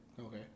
Okay